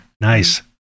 Nice